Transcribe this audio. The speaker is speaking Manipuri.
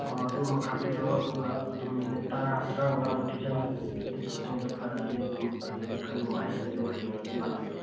ꯑꯣ ꯑꯗꯨꯝꯃ ꯀꯥꯞꯄꯤꯔꯣ ꯑꯗꯨꯒ ꯑꯗꯨꯝ ꯃꯤꯅꯠ ꯇꯔꯥ ꯇꯔꯥꯃꯉꯥꯃꯨꯛꯇꯤ ꯆꯪꯒꯅꯤ ꯑꯗꯨꯒꯤ ꯃꯇꯨꯡꯗ ꯐꯔꯛꯑꯅꯤ ꯑꯗꯨꯝ ꯑꯗꯨꯗꯒꯤ ꯈꯔ ꯅꯨꯡꯉꯥꯏꯔꯅꯤ ꯑꯗꯨꯒ ꯍꯌꯦꯡ ꯑꯗꯨꯝ ꯂꯥꯛꯄꯤꯔꯣ